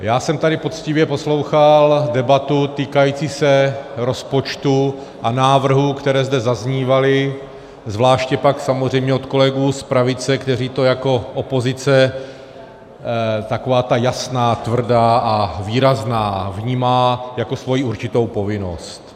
Já jsem tady poctivě poslouchal debatu týkající se rozpočtu a návrhů, které zde zaznívaly, zvláště pak od kolegů z pravice, kteří to jako opozice, taková ta jasná, tvrdá a výrazná, vnímají jako svoji určitou povinnost.